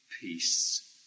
peace